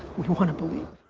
we wanna believe